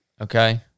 okay